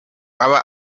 aba